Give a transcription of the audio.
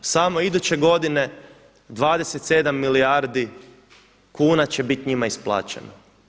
Samo iduće godine 27 milijardi kuna će biti njima isplaćeno.